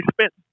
spent